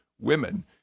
women